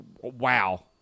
wow